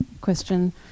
question